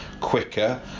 quicker